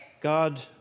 God